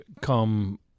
come